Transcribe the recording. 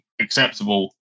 acceptable